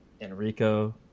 enrico